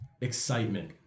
excitement